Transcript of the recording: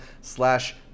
slash